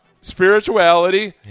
spirituality